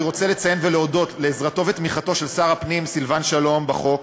אני רוצה לציין ולהודות על עזרתו ותמיכתו של שר הפנים סילבן שלום בחוק.